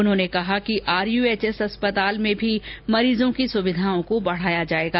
उन्होने कहा कि आरयूएचएस अस्पताल में भी मरीजों की सुविधाओं को बढ़ाया जाएगा